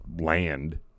land